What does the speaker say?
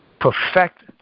perfect